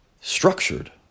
structured